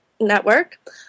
Network